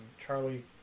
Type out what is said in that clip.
Charlie